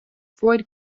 freud